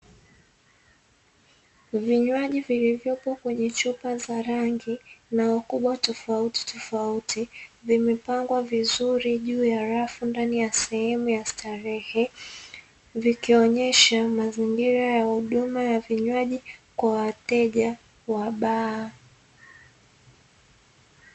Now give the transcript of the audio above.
Vinywaji vilivyopo kwenye chupa za rangi na ukubwa tofauti tofauti, vimepangwa vizuri juu ya rafu ndani ya sehemu ya starehe vikionyesha mazingira ya huduma ya vinywaji kwa wateja wa baa.